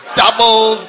double